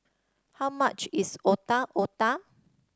how much is Otak Otak